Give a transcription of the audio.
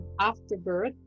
afterbirth